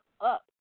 up